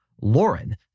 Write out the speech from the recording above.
Lauren